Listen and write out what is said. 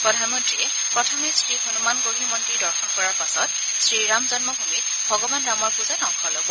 প্ৰধানমন্ত্ৰীয়ে প্ৰথমে শ্ৰী হনুমান গঢ়ি মন্দিৰ দৰ্শন কৰাৰ পাছত শ্ৰী ৰাম জন্মভূমিত ভগৱান ৰামৰ পূজাত অংশ ল'ব